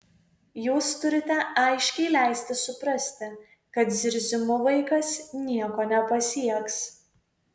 jūs turite aiškiai leisti suprasti kad zirzimu vaikas nieko nepasieks